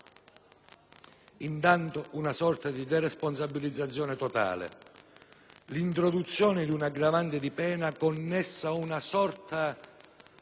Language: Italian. Intanto una sorta di deresponsabilizzazione totale. L'introduzione di una aggravante di pena connessa ad una sorta di